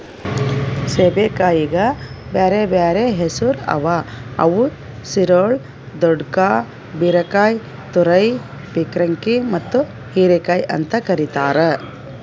ಸೇಬೆಕಾಯಿಗ್ ಬ್ಯಾರೆ ಬ್ಯಾರೆ ಹೆಸುರ್ ಅವಾ ಅವು ಸಿರೊಳ್, ದೊಡ್ಕಾ, ಬೀರಕಾಯಿ, ತುರೈ, ಪೀರ್ಕಂಕಿ ಮತ್ತ ಹೀರೆಕಾಯಿ ಅಂತ್ ಕರಿತಾರ್